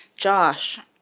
josh,